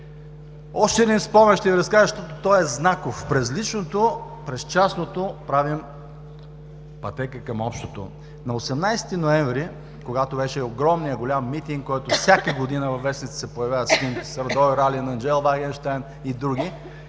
още един спомен, защото той е знаков – през личното, през частното правим пътека към общото. На 18 ноември, когато беше огромният голям митинг, от който всяка година във вестниците се появяват снимки с Радой Ралин, Анжел Вагенщайн и други